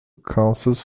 councils